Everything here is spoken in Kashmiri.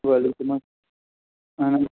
وعلیکُم حظ آہَن حظ